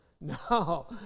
No